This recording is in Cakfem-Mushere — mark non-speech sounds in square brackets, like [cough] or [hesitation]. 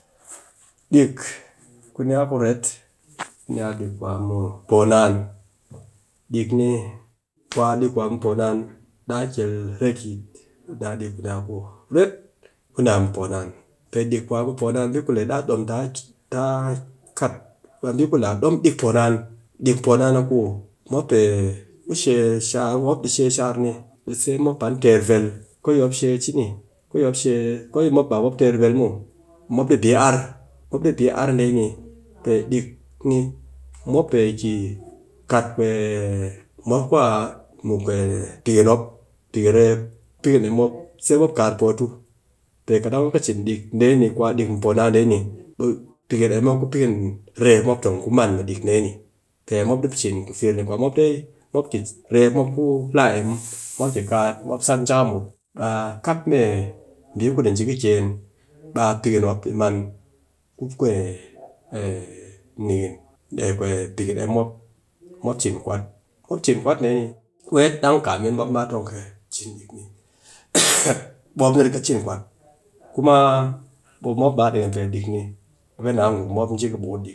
Dik ku ni a kuret, ni a dik ku a mɨ poo naan, dik ni, kwa dik kwa dik mɨ poo naan, ɗaa kyel retyit, a dik ku a ni a kuret, ku a ni a mɨpoo naan, pe dik ku a ni a mɨ poo naan, mbi ku le ɗaa ɗom, ta kat, mbi ku le ɗaa ɗom dik poo naan, dik poo naan mop pe she shar, mop ɗi she shar ni be sai mop di pan teer vel, ko yi mop she a cini, ko mop she, ko yi ba mop ter vel mop, mop di pe ki kat [hesitation] mop ku mee [hesitation] pikin mop, pikin reep, ku pikin em mop, sai mop kaat poo, pee kat dang mop kɨ cin ɗik dee ni, kwa ɗik mi poo naan dee ni, pikin em mop ku pikin reep mop tong ku man mɨ dik dee ni pe miop di cin kufir ni [noise] reep mop ku laa em mopm ki kat mop sat jakaam mut, ba a kang mee mbi ku di nji kiken, baa a pikin mop di man ku [hesitation] nikin me [hesitation] pikin em mop di cin kwat, mop cin kwat dee ni weet, ɗang kamin mop baa tong kɨ cin ɗik ni. [noise] ɓe mop ni riga cin kwat, kuma mop ba dekem pee ɗik ni be ka naa gurum mop ji kɨ bukun